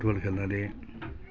football खेल्नाले